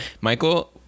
Michael